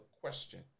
Question